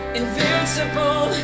invincible